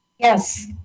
Yes